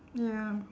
ya